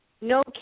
no